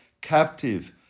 captive